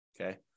Okay